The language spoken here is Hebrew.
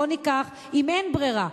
אם אין ברירה,